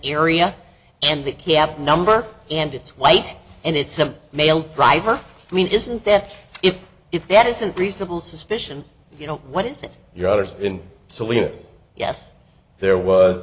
area and the cap number and it's white and it's a male driver i mean isn't that if if that isn't reasonable suspicion you know what if your father's in salinas yes there was